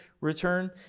return